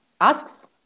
asks